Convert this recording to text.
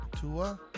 Tua